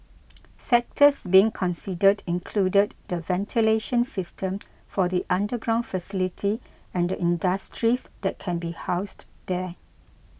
factors being considered included the ventilation system for the underground facility and the industries that can be housed there